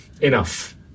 enough